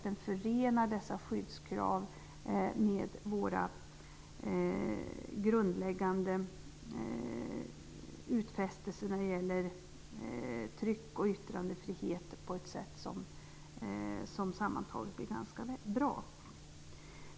Den förenar dessa skyddskrav med våra grundläggande utfästelser när det gäller tryck och yttrandefrihet på ett sätt som sammantaget blir ganska bra.